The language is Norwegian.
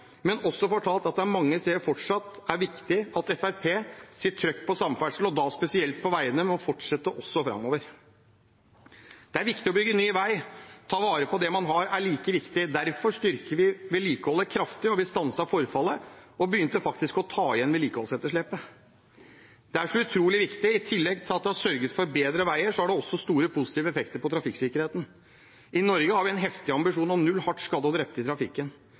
også blitt fortalt at det fortsatt er mange steder det er viktig at Fremskrittspartiets «trøkk» på samferdsel, og da spesielt på veiene, må fortsette framover. Det er viktig å bygge ny vei. Å ta vare på det man har, er like viktig. Derfor styrker vi vedlikeholdet kraftig. Vi stanset forfallet og begynte å ta igjen vedlikeholdsetterslepet. Det er så utrolig viktig at i tillegg til å sørge for bedre veier, har det store positive effekter for trafikksikkerheten. I Norge har vi en heftig ambisjon om null hardt skadde og drepte i trafikken.